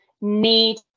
Need